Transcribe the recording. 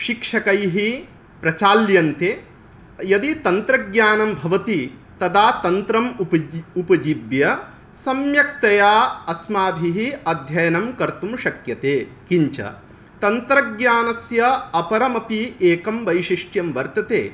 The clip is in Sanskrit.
शिक्षकैः प्रचाल्यन्ते यदि तन्त्रज्ञानं भवति तदा तन्त्रम् उप् उपजीव्य सम्यक्तया अस्माभिः अध्ययनं कर्तुं शक्यते किञ्च तन्त्रज्ञानस्य अपरमपि एकं वैशिष्ट्यं वर्तते